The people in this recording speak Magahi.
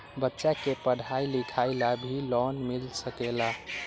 बच्चा के पढ़ाई लिखाई ला भी लोन मिल सकेला?